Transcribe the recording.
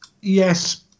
Yes